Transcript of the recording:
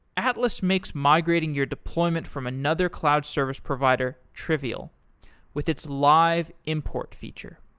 atlas makes migrating your deployment from another cloud service provider trivial with its live import feature